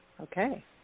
Okay